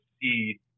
see